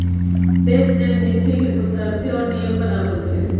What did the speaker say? tax amnesty के कुछ शर्तें और नियम बनावल गयले है